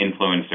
influencers